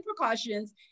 precautions